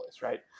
right